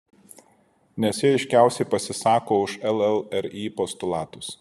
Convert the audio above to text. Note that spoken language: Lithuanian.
nes ji aiškiausiai pasisako už llri postulatus